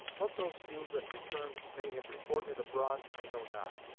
what those few that returned may have reported abroad i know not.